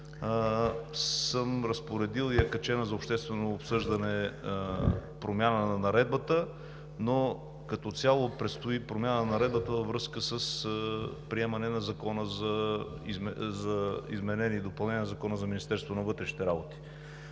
съм разпоредил и е качена за обществено обсъждане промяна на наредбата, но като цяло предстои промяна на наредбата във връзка с приемане на Закона за изменение и допълнение на Закона за Министерството на вътрешните работи.